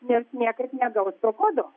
nes niekad negaus to kodo